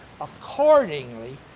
accordingly